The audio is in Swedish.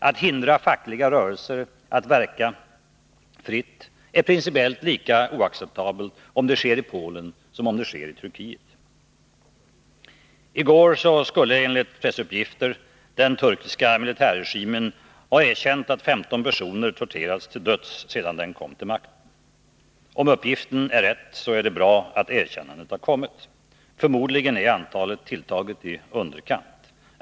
Att hindra fackliga rörelser att verka fritt är principiellt lika oacceptabelt om det sker i Polen som om det sker i Turkiet. I går skulle enligt pressuppgifter den turkiska militärregimen ha erkänt att femton personer torterats till döds sedan regimen kom till makten. Om den uppgiften är riktig, är det bra att erkännandet har kommit. Förmodligen är antalet tilltaget i underkant.